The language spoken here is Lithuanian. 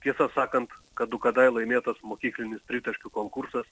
tiesą sakant kadu kadai laimėtas mokyklinis tritaškių konkursas